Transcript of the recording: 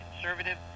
conservative